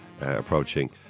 approaching